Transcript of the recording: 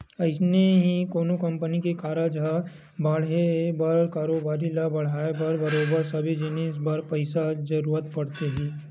अइसने ही कोनो कंपनी के कारज ल बड़हाय बर कारोबारी ल बड़हाय बर बरोबर सबे जिनिस बर पइसा के जरुरत पड़थे ही